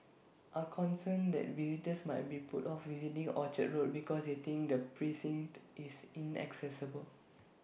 are concerned that visitors might be put off visiting Orchard road because they think the precinct is inaccessible